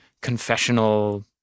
confessional